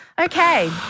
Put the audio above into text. Okay